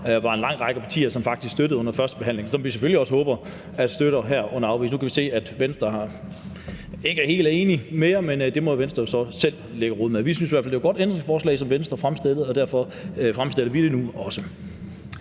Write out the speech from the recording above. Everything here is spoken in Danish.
der var en lang række partier der faktisk støttede under førstebehandlingen, og som vi selvfølgelig også håber støtter det her. Nu kan vi se, at Venstre ikke er helt enig mere, men det må Venstre så selv ligge og rode med. Vi syntes i hvert fald, at det var et godt ændringsforslag fra Venstre, og derfor stiller vi det nu.